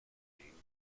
nickname